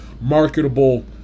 marketable